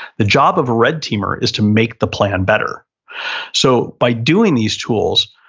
the job of red teamer is to make the plan better so, by doing these tools,